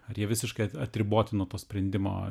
ar jie visiškai at atriboti nuo to sprendimo